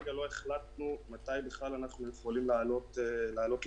כרגע לא החלטנו מתי בכלל אנחנו יכולים לעלות לטוס.